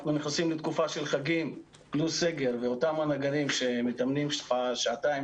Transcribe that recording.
אנחנו נכנסים לתקופה של חגים פלוס סגר ואותם הנגנים שמתאמנים שעתיים